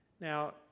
Now